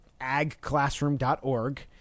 agclassroom.org